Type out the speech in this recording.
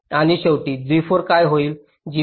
आणि शेवटी G4 काय होईल